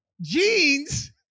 jeans